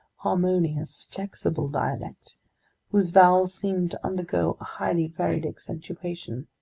harmonious, flexible dialect whose vowels seemed to undergo a highly varied accentuation.